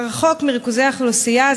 רחוק מריכוזי אוכלוסייה,